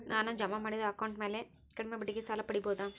ನಾನು ಜಮಾ ಮಾಡಿದ ಅಕೌಂಟ್ ಮ್ಯಾಲೆ ಕಡಿಮೆ ಬಡ್ಡಿಗೆ ಸಾಲ ಪಡೇಬೋದಾ?